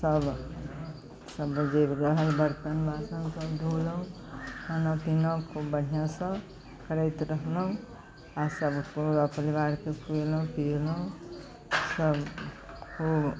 सभ जे रहल बर्तन बासन सभ धौलहुँ खाना पीना खूब बढ़िआँसँ करैत रहलहुँ आओर सभ कोइ पूरा परिवारके खुएलहुँ पियैलहुँ सभ खूब